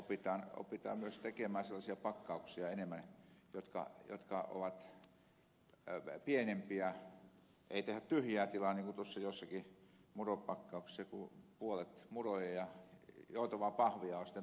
ja opitaan myös tekemään enemmän sellaisia pakkauksia jotka ovat pienempiä ei tehdä tyhjää tilaa niin kuin jossakin muropakkauksessa missä puolet on muroja ja joutavaa pahvia on sitten toinen puoli että asiakas luulee että siinä on tavaraa sisällä